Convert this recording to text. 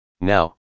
Now